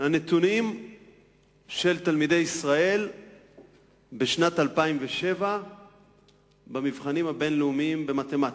הנתונים של תלמידי ישראל בשנת 2007 במבחנים הבין-לאומיים במתמטיקה,